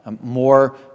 more